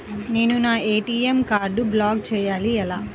నేను నా ఏ.టీ.ఎం కార్డ్ను బ్లాక్ చేయాలి ఎలా?